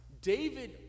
David